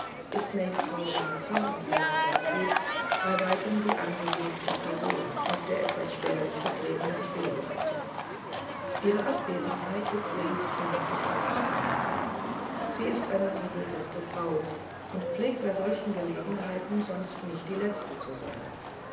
ist nächst frau renata und fräulein gertrud bei weitem die angesehenste person auf der etwas spärlich vertretenen spillseite ihre abwesenheit ist längst schmerzlich aufgefallen sie ist eine bibelfeste frau und pflegt bei solchen gelegenheiten sonst nicht die letzte zu sein